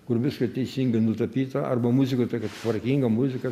kur viską teisingai nutapyta arba muzikoj tokia tvarkinga muzika